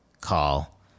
call